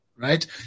Right